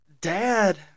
Dad